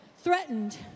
threatened